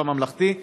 הממלכתי,